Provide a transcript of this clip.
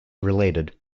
related